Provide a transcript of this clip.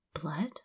Blood